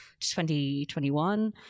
2021